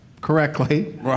correctly